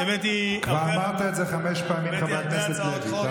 כבר אמרת את זה חמש פעמים, חבר הכנסת לוי.